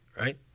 right